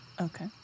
Okay